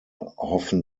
hoffen